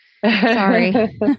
Sorry